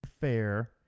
fair